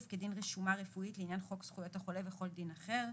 כדין רשומה רפואית לעניין חוק זכויות החולה וכל דין אחר.